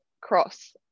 cross